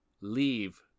Leave